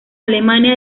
alemania